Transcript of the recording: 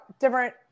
different